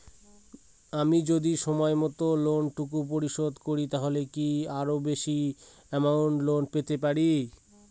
আমি যদি সময় মত লোন টুকু পরিশোধ করি তাহলে কি আরো বেশি আমৌন্ট লোন পেতে পাড়ি?